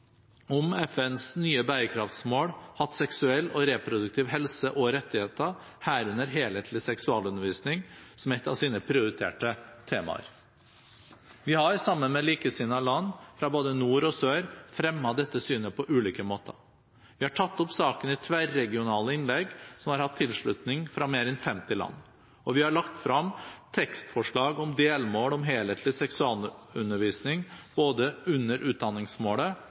om FNs nye bærekraftsmål hatt seksuell og reproduktiv helse og rettigheter, herunder helhetlig seksualundervisning, som et av sine prioriterte temaer. Vi har, sammen med likesinnede land fra både nord og sør, fremmet dette synet på ulike måter. Vi har tatt opp saken i tverregionale innlegg som har hatt tilslutning fra mer enn 50 land, og vi har lagt frem tekstforslag om delmål om helhetlig seksualundervisning både under utdanningsmålet